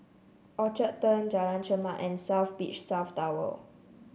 Orchard Turn Jalan Chermat and South Beach South Tower